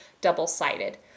double-sided